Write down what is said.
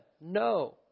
No